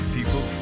People